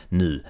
nu